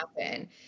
happen